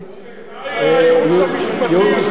אולי הייעוץ המשפטי יוכל לעזור לך.